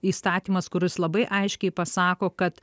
įstatymas kuris labai aiškiai pasako kad